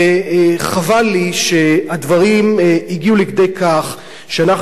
חבל לי שהדברים הגיעו לכדי כך שאנחנו